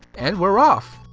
and we're off!